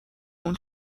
اون